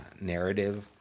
narrative